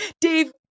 Dave